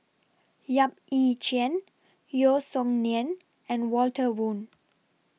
Yap Ee Chian Yeo Song Nian and Walter Woon